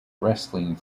wrestling